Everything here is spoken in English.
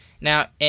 Now